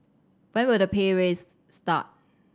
when will the pay raise start